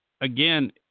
again